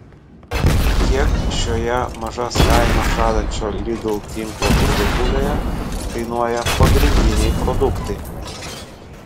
kiek šioje mažas kainas žadančio lidl tinklo parduotuvėje kainuoja pagrindiniai produktai